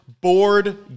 board